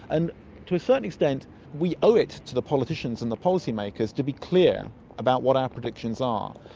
and to a certain extent we owe it to the politicians and the policy makers to be clear about what our predictions are.